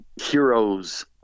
heroes